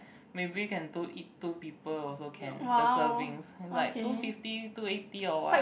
maybe can two eat two people also can the servings is like two fifty two eighty or what